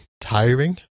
tiring